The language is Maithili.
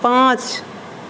पाँच